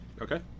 Okay